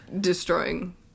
destroying